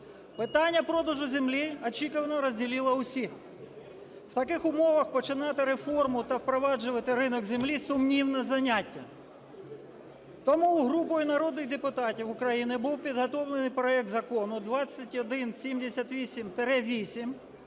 Питання продажу землі очікувано розділило всіх. В таких умовах починати реформу та впроваджувати ринок землі – сумнівне заняття. Тому групою народних депутатів України був підготовлений проект Закону 2178-8,